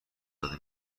داده